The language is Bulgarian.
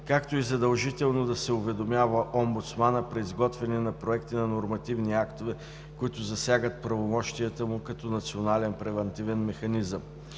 както и задължително да се уведомява омбудсманът при изготвяне на проекти на нормативни актове, които засягат правомощията му, като Национален превантивен механизъм.